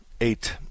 eight